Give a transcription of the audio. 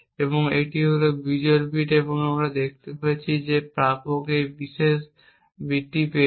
তাই এটি হল বিজোড় বিট এবং আমরা দেখতে পাচ্ছি যে প্রাপক এই বিশেষ বিটটি পেয়েছে